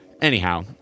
Anyhow